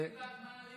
אם הוא נדבק, מה עלינו?